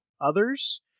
others